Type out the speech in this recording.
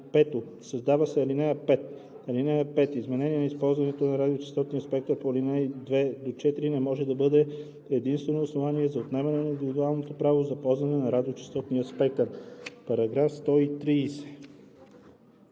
Създава се ал. 5: „(5) Изменение на използването на радиочестотния спектър по ал. 2 – 4 не може да бъде единствено основание за отнемане на индивидуално право за ползване на радиочестотен спектър.“